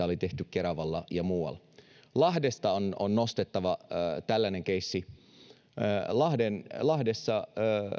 oli tehty keravalla ja muualla lahdesta on on nostettava tällainen keissi lahdessa lahdessa